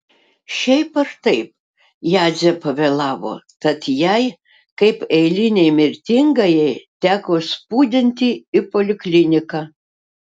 šiaip ar taip jadzė pavėlavo tad jai kaip eilinei mirtingajai teko spūdinti į polikliniką